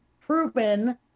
proven